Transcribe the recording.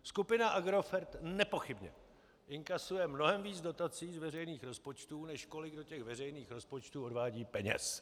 Skupina Agrofert nepochybně inkasuje mnohem víc dotací z veřejných rozpočtů, než kolik do těch veřejných rozpočtů odvádí peněz.